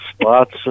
spots